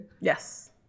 yes